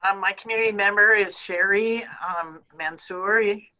um my community member is shery ah um mansouri.